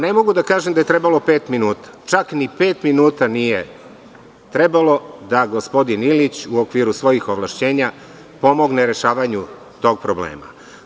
Ne mogu da kažem da je trebalo pet minuta, čak ni pet minuta nije trebalo da gospodin Ilić u okviru svojih ovlašćenja pomogne rešavanju tog problema.